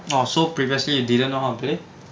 oh so previously you didn't know how to play